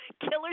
Killer